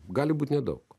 gali būt nedaug